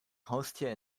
haustier